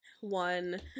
one